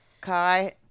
Kai